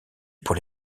pour